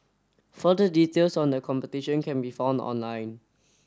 further details on the competition can be found online